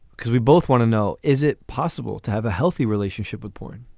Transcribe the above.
because we both want to know, is it possible to have a healthy relationship with porn?